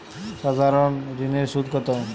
সাধারণ ঋণের সুদ কত?